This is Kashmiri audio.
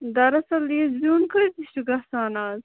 دَراَصٕل یہِ زیُن کۭتِس چھُ گَژھان اَز